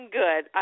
good